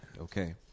Okay